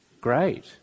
Great